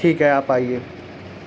ٹھیک ہے آپ آئیے